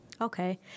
okay